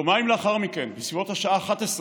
יומיים לאחר מכן, בסביבות השעה 11:00,